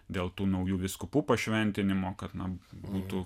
dėl tų naujų vyskupų pašventinimo kad na būtų